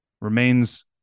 remains